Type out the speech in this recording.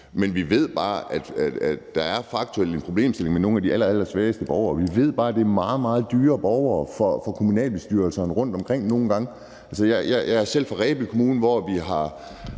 Men vi ved bare, at der faktuelt er en problemstilling med nogle af de allerallersvageste borgere. Vi ved bare, at der nogle gange er meget, meget dyre borgere for kommunalbestyrelserne rundtomkring. Jeg er selv fra Rebild Kommune, hvor vi fik